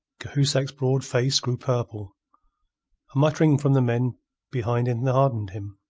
cahusac's broad face grew purple. a muttering from the men behind enheartened him.